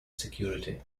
security